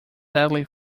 sadly